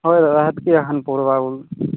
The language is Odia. ହଏ ଦାଦା ହେତ୍କି ଏଖାନେ ପଡ଼ବା ବୋଲ୍